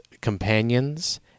companions